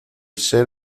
ser